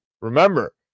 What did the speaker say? remember